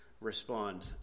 respond